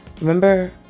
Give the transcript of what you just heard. remember